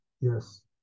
Yes